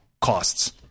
costs